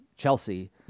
chelsea